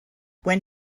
when